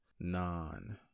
non